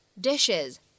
dishes